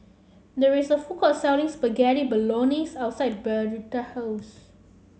there is a food court selling Spaghetti Bolognese outside house